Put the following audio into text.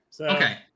Okay